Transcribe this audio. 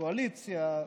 קואליציה,